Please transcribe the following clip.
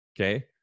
Okay